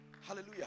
Hallelujah